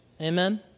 Amen